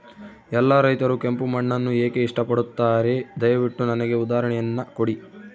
ಎಲ್ಲಾ ರೈತರು ಕೆಂಪು ಮಣ್ಣನ್ನು ಏಕೆ ಇಷ್ಟಪಡುತ್ತಾರೆ ದಯವಿಟ್ಟು ನನಗೆ ಉದಾಹರಣೆಯನ್ನ ಕೊಡಿ?